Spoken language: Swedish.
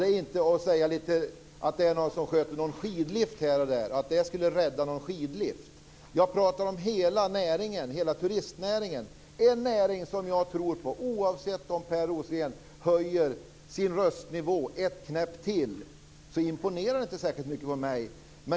Man kan inte bara säga att detta skulle rädda någon skidlift här och där. Jag pratar om hela turistnäringen. Det är en näring som jag tror på oavsett om Per Rosengren höjer sin röstnivå ett knäpp till. Det imponerar inte särskilt mycket på mig.